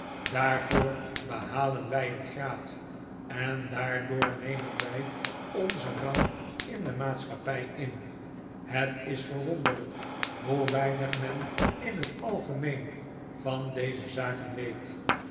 daarvoor behalen wij een graad en daardoor nemen wij onzen rang in de maatschappij in het is verwdnderlijk hoe weinig men in het algemeen van deze zaken weet